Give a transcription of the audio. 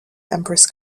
empress